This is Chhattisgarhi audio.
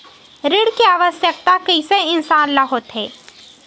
ऋण के आवश्कता कइसे इंसान ला होथे?